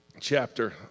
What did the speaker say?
chapter